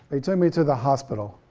they took me to the hospital.